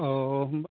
अह